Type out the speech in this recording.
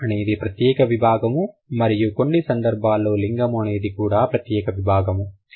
కాలం అనేది ప్రత్యేక విభాగము మరియు కొన్ని సందర్భాలలో లింగం అనేది కూడా ప్రత్యేక విభాగము